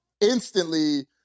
instantly